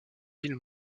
îles